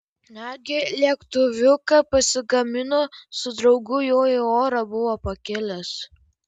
netgi lėktuviuką pasigamino su draugu juo į orą buvo pakilęs